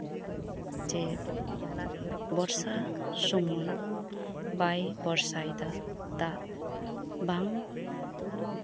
ᱡᱮ ᱵᱚᱨᱥᱟ ᱥᱚᱢᱚᱭ ᱵᱟᱭ ᱵᱚᱨᱥᱟᱭᱮᱫᱟ ᱫᱟᱜ ᱵᱟᱝ